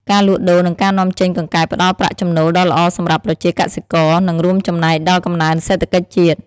ការលក់ដូរ និងការនាំចេញកង្កែបផ្តល់ប្រាក់ចំណូលដ៏ល្អសម្រាប់ប្រជាកសិករ និងរួមចំណែកដល់កំណើនសេដ្ឋកិច្ចជាតិ។